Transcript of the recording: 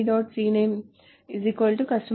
cname customer